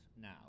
now